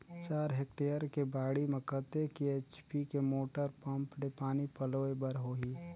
चार हेक्टेयर के बाड़ी म कतेक एच.पी के मोटर पम्म ले पानी पलोय बर होही?